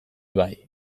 bai